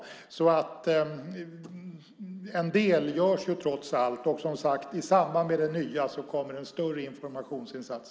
En del görs trots allt. I samband med det nya kommer en större informationsinsats.